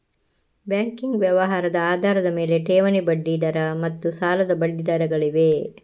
banking ವ್ಯವಹಾರದ ಆಧಾರದ ಮೇಲೆ, ಠೇವಣಿ ಬಡ್ಡಿ ದರ ಮತ್ತು ಸಾಲದ ಬಡ್ಡಿ ದರಗಳಿವೆ